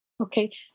okay